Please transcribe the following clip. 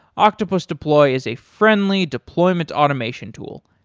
octopus deploy is a friendly deployment automation tool.